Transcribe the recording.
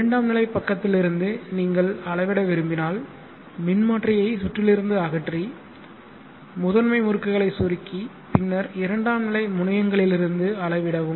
இரண்டாம் நிலை பக்கத்திலிருந்து நீங்கள் அளவிட விரும்பினால்மின்மாற்றியை சுற்றிலிருந்து அகற்றி முதன்மை முறுக்குகளை சுருக்கி பின்னர் இரண்டாம் நிலை முனையங்களிலிருந்து அளவிடவும்